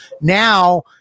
Now